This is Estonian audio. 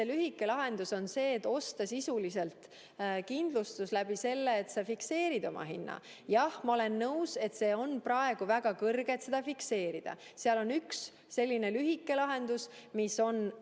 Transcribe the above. on lühike lahendus see, et osta sisuliselt kindlustus selle abil, et sa fikseerid oma hinna. Jah, ma olen nõus, et see on praegu väga kõrge, et seda [ei taha] fikseerida. Seal on aga üks selline lühike lahendus, mis on